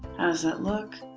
does that look?